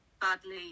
badly